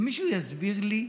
שמישהו יסביר לי: